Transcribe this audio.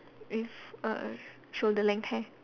with err shoulder length hair